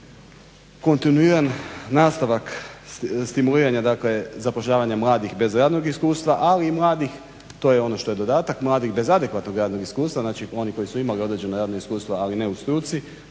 Kontinuiran nastavak stimuliranja, dakle zapošljavanja mladih bez radnog iskustva ali i mladih, to je ono što je dodatak, mladih bez adekvatnog radnog iskustva, znači oni koji su imali određena radna iskustva, ali ne u struci